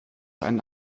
eine